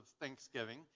Thanksgiving